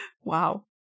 Wow